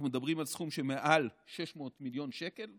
אנחנו מדברים על סכום של מעל 600 מיליון שקל,